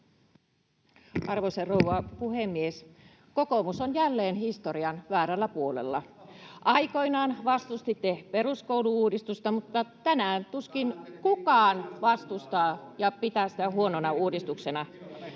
Arvoisa rouva puhemies! Kokoomus on jälleen historian väärällä puolella. [Välihuutoja kokoomuksen ryhmästä] Aikoinaan vastustitte peruskoulu-uudistusta, mutta tänään tuskin kukaan sitä vastustaa ja pitää sitä huonona uudistuksena.